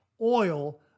oil